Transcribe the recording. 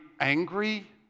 angry